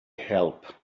help